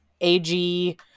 AG